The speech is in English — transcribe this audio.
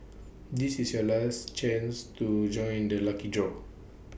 this is your last chance to join the lucky draw